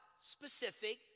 specific